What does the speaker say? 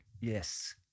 Yes